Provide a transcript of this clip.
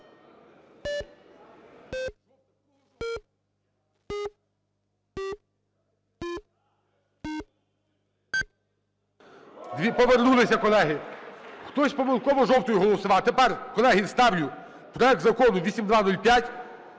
Повернулися, колеги. Хтось помилково жовтою голосував. Тепер, колеги, ставлю проект Закону 8205